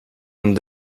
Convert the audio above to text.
and